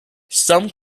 some